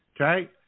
okay